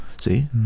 See